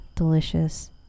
delicious